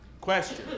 Question